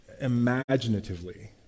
imaginatively